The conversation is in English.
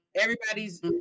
everybody's